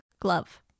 glove